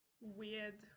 weird